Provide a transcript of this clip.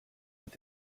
mit